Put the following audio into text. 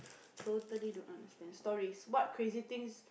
totally don't understand stories what crazy things